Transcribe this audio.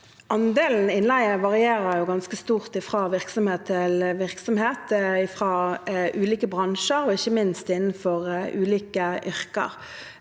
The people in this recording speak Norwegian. Andelen innleie varierer ganske stort fra virksomhet til virksom het, innenfor ulike bransjer og ikke minst innenfor ulike yrker.